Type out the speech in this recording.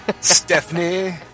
Stephanie